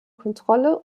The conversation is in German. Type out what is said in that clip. kontrolle